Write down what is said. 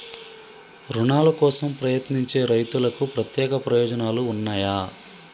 రుణాల కోసం ప్రయత్నించే రైతులకు ప్రత్యేక ప్రయోజనాలు ఉన్నయా?